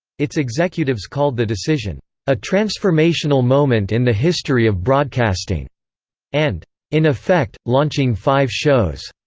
its executives called the decision a transformational moment in the history of broadcasting and in effect, launching five shows.